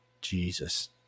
Jesus